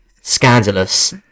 Scandalous